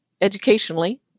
educationally